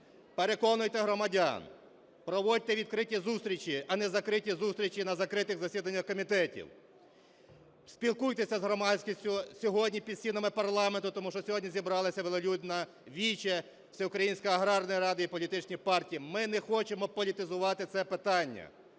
Переконуйте громадян, проводьте відкриті зустрічі, а не закриті зустрічі на закритих засіданнях комітетів. Спілкуйтеся з громадськістю сьогодні під стінами парламенту, тому що сьогодні зібралося велелюдне віче "Всеукраїнської аграрної ради" і політичних партій. Ми не хочемо політизувати це питання,